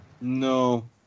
No